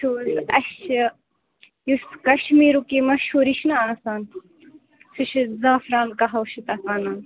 اَسہِ چھِ یُس کَشمیٖرُک یہِ مہشوٗر یہِ چھُنا آسان سُہ چھُ زعفران قٔہوٕ چھِ تَتھ وَنان